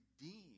redeemed